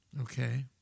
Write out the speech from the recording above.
Okay